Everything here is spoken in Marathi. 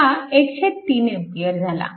तर हा 13A झाला